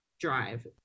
drive